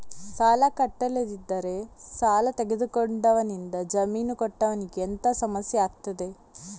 ಸಾಲ ಕಟ್ಟಿಲ್ಲದಿದ್ದರೆ ಸಾಲ ತೆಗೆದುಕೊಂಡವನಿಂದ ಜಾಮೀನು ಕೊಟ್ಟವನಿಗೆ ಎಂತ ಸಮಸ್ಯೆ ಆಗ್ತದೆ?